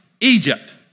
Egypt